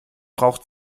braucht